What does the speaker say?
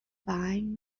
buying